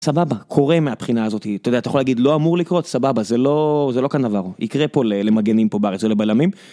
סבבה, קורה מהבחינה הזאת, אתה יודע, אתה יכול להגיד לא אמור לקרות סבבה זה לא זה לא כאן עברו יקרה פה למגנים פה בארץ ולבלמים.